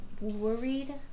worried